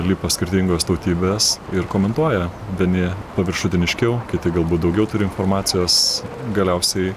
lipa skirtingos tautybės ir komentuoja vieni paviršutiniškiau kiti galbūt daugiau turi informacijos galiausiai